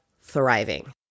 thriving